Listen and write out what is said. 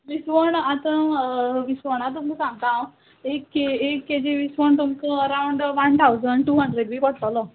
विसवोण आतां विसवणा तुमका सांगता हांव एक के जी एक के जी विसवण तुमकां अरावण वान ठावजंड टू हंड्रेड बी पडटलो